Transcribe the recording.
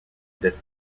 des